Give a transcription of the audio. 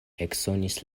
eksonis